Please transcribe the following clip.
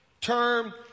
term